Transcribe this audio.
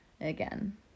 again